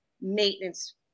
maintenance